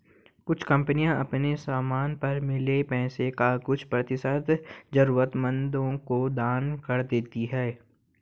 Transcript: कुछ कंपनियां अपने समान पर मिले पैसे का कुछ प्रतिशत जरूरतमंदों को दान कर देती हैं